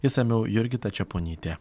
išsamiau jurgita čeponytė